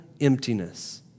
Emptiness